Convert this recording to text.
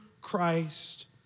Christ